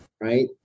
right